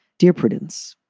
dear prudence,